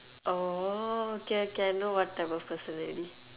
oh okay okay I know what type of person already